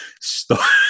Stop